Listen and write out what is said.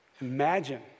Imagine